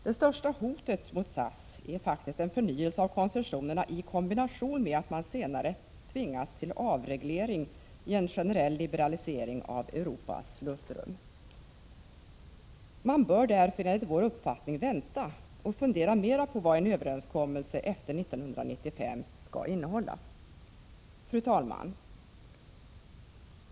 Det största hotet mot SAS är faktiskt en förnyelse av koncessionerna i kombination med att man senare tvingas till avreglering i en generell liberalisering av Europas luftrum. Man bör därför enligt vår uppfattning vänta och fundera mer på vad en överenskommelse efter 1995 skall innehålla. Fru talman!